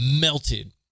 melted